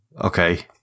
Okay